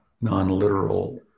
non-literal